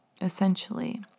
essentially